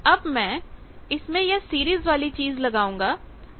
अब मैं इसमें यह सीरीज वाली चीज लगाऊंगा